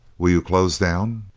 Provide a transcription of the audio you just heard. will you close down?